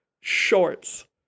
Shorts